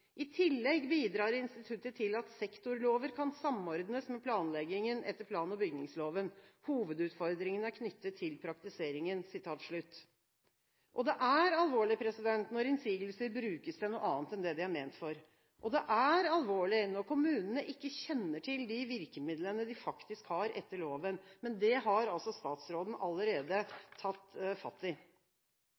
I tillegg bidrar instituttet til at sektorlover kan samordnes med planleggingen etter plan- og bygningsloven. Hovedutfordringen er knyttet til praktiseringen.» Det er alvorlig når innsigelser brukes til noe annet enn det de er ment for. Det er alvorlig når kommunene ikke kjenner til de virkemidlene de faktisk har, etter loven. Men det har statsråden allerede tatt fatt i.